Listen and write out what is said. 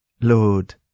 Lord